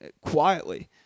quietly